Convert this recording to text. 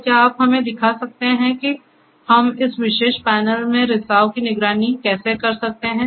तो क्या आप हमें दिखा सकते हैं कि हम इस विशेष पैनल में रिसाव की निगरानी कैसे कर सकते हैं